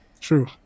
True